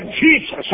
Jesus